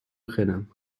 beginnen